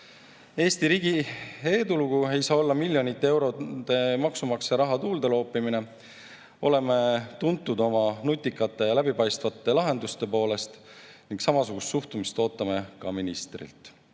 riigi edulugu ei saa olla miljonite eurode maksumaksja raha tuulde loopimine. Oleme tuntud oma nutikate ja läbipaistvate lahenduste poolest ning samasugust suhtumist ootame ka ministrilt.